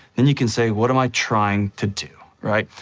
then you can say, what am i trying to do? right?